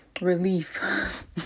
relief